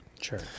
sure